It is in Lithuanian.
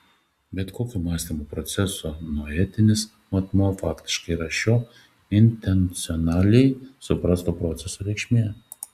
bet kokio mąstymo proceso noetinis matmuo faktiškai yra šio intencionaliai suprasto proceso reikšmė